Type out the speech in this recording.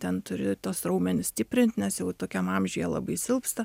ten turi tuos raumenis stiprint nes jau tokiam amžiuje labai silpsta